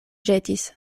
ĵetis